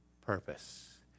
purpose